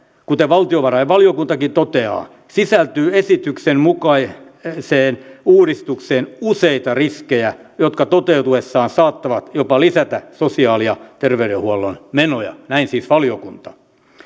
kuten valtiovarainvaliokuntakin toteaa sisältyy esityksen mukaiseen uudistukseen useita riskejä jotka toteutuessaan saattavat jopa lisätä sosiaali ja terveydenhuollon menoja näin siis toteaa valiokunta